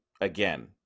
again